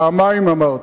פעמיים אמרתי.